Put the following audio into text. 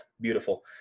Beautiful